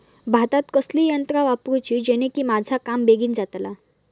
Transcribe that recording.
भातात कसली यांत्रा वापरुची जेनेकी माझा काम बेगीन जातला?